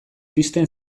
pizten